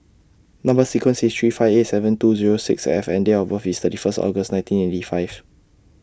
Number sequence IS three five eight seven two Zero six F and Date of birth IS thirty First August nineteen eighty five